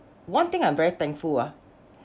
one thing I'm very thankful ah